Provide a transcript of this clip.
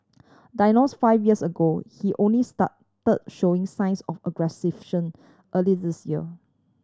diagnosed five years ago he only started showing signs of early this year